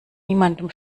niemandem